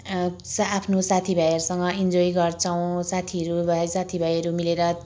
आफ्नो साथीभाइहरूसँग इन्जोय गर्छौँ साथीहरू भाइ साथीभाइहरू मिलेर